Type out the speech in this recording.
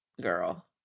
girl